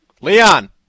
Leon